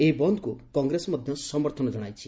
ଏହି ବନ୍ଦକୁ କଂଗ୍ରେସ ମଧ ସମର୍ଥନ ଜଣାଇଛି